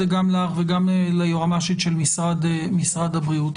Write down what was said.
וגם ליועמ"שית של משרד הבריאות.